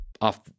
off